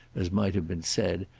as might have been said,